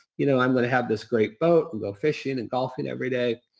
you know i'm going to have this great boat and go fishing and golfing every day.